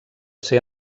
ser